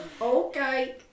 Okay